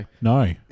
No